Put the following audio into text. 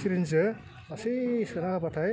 चिरिन्सजों लासै सोना होबाथाय